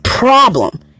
Problem